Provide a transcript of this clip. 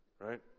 Right